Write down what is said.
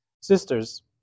sisters